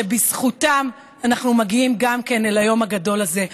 שגם בזכותם אנחנו מגיעים אל היום הגדול הזה.